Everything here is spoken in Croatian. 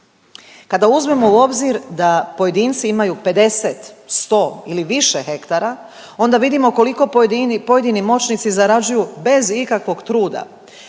Kada uzmemo u obzir da pojedinci imaju 50, 100 ili više hektara onda vidimo koliko pojedini moćnici zarađuju bez ikakvog truda.